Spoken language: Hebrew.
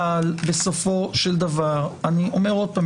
אבל בסופו של דבר אני אומר עוד פעם,